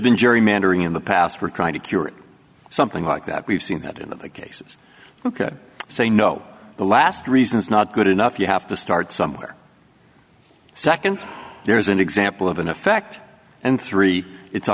been gerrymandering in the past we're trying to cure it something like that we've seen that in the cases ok say no the last reason is not good enough you have to start somewhere second there's an example of an effect and three it's